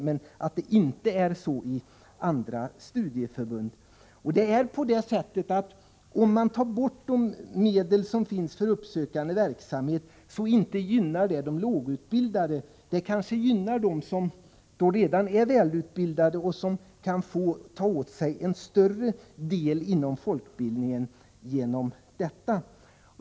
Men så är det inte i andra studieförbund. Tar man bort de medel som finns för uppsökande verksamhet, gynnar det inte de lågutbildade. Det kanske gynnar dem som då redan är välutbildade och kan ta åt sig en större del av folkbildningen genom detta.